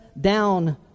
down